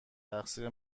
تقصیر